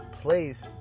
place